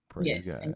yes